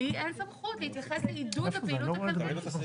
לי אין סמכות להתייחס לעידוד הפעילות הכלכלית.